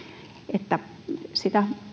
että sitä